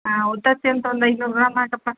ಹಾಂ ಉತ್ತತ್ತಿ ಅಂತ ಒಂದು ಐನೂರು ಗ್ರಾಮ್ ಹಾಕಪ್ಪ